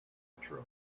metro